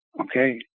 Okay